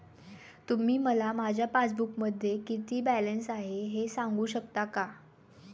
तुम्ही मला माझ्या पासबूकमध्ये किती बॅलन्स आहे हे सांगू शकता का?